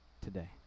today